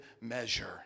measure